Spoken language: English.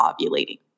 ovulating